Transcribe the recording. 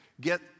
Get